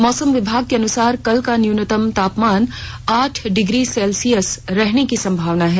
मौसम विभाग के अनुसार कल का न्यूनतम तापमान आठ डिग्री सेल्सियस रहने की संभावना है